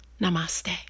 Namaste